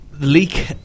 leak